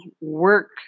work